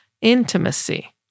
intimacy